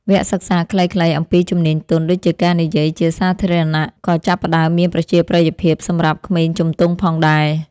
វគ្គសិក្សាខ្លីៗអំពីជំនាញទន់ដូចជាការនិយាយជាសាធារណៈក៏ចាប់ផ្តើមមានប្រជាប្រិយភាពសម្រាប់ក្មេងជំទង់ផងដែរ។